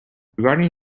regarding